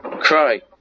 cry